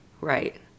Right